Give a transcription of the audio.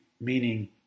meaning